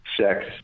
sex